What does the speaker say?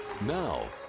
Now